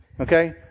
Okay